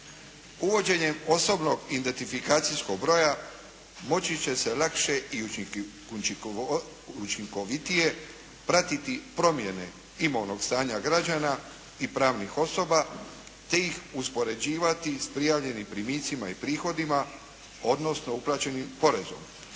Uvođenjem osobnog identifikacijskog broja moći će se lakše i učinkovitije pratiti promjene imovnog stanja građana i pravnih osoba te ih uspoređivati s prijavljenim primicima i prihodima odnosno uplaćenim porezom.